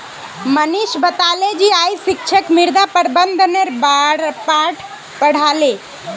मनीष बताले कि आइज शिक्षक मृदा प्रबंधनेर बार पढ़ा बे